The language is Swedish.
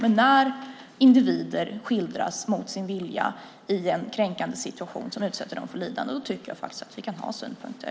Men när individer skildras mot sin vilja i en kränkande situation där de utsätts för lidande kan vi, tycker jag faktiskt, ha synpunkter.